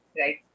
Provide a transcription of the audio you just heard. right